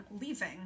leaving